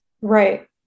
Right